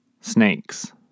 snakes